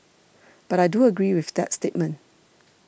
but I do agree with that statement